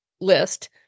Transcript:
list